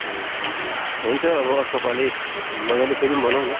ए हुन्छ अब अर्कोपालि मज्जाले फेरि मनाउँ न